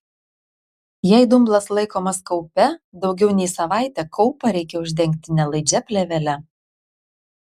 jei dumblas laikomas kaupe daugiau nei savaitę kaupą reikia uždengti nelaidžia plėvele